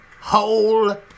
whole